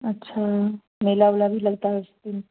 अच्छा मेला उला भी लगता है उस दिन